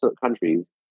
countries